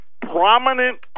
Prominent